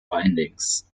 findings